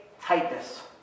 tightness